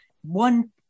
one